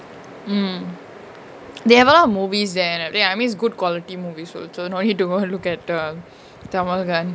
mm they have a lot of movies there I mean is good quality movies also no need to go look at the tamil guy